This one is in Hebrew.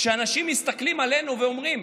כשאנשים מסתכלים עלינו ואומרים: